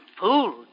fooled